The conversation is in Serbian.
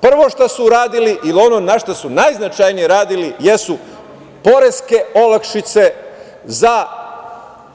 Prvo šta su uradili ili ono na šta su najznačajnije jesu poreske olakšice za